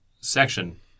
section